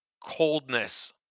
coldness